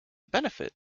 benefit